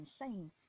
insane